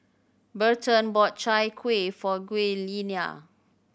Berton bought Chai Kuih for Giuliana